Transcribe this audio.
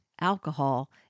alcohol